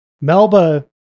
Melba